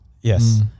Yes